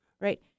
Right